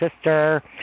sister